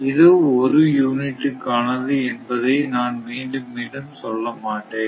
இது ஒரு யூனிட்டுக்கானது இதை நான் மீண்டும் மீண்டும் சொல்ல மாட்டேன்